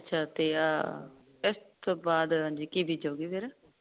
ਚਾਤੇ ਆ ਇਸ ਤੋਂ ਬਾਅਦ ਹਾਂਜੀ ਕੀ ਬੀਜੋਗੇ ਫਿਰ